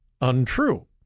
untrue